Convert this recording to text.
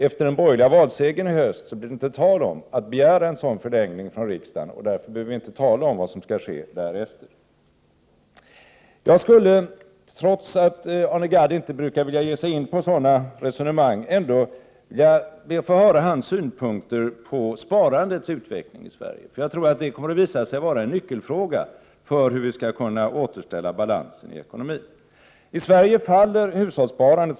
Efter den borgerliga valsegern i höst blir det inte tal om att begära en sådan förlängning från riksdagen, och därför behöver vi inte tala om vad som skall ske därefter. Trots att Arne Gadd inte brukar vilja ge sig in på sådana resonemang skulle jag ändå vilja höra hans synpunkter på sparandets utveckling i Sverige. Det kommer att visa sig vara en nyckelfråga när det gäller hur vi skall kunna återställa balansen i ekonomin. I Sverige minskar som bekant hushållssparandet.